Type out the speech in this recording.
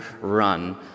run